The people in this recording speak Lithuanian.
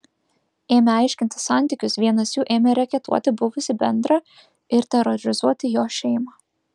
ėmę aiškintis santykius vienas jų ėmė reketuoti buvusį bendrą ir terorizuoti jo šeimą